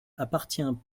appartient